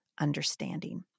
understanding